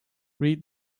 read